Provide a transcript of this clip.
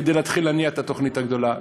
כדי להתחיל להניע את התוכנית הגדולה.